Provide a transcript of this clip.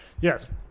Yes